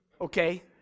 okay